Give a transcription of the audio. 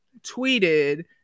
tweeted